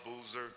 Boozer